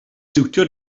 siwtio